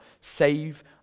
Save